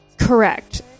Correct